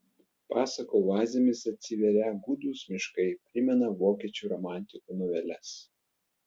pasakų oazėmis atsiverią gūdūs miškai primena vokiečių romantikų noveles